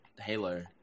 Halo